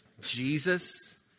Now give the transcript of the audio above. Jesus